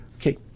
Okay